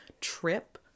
trip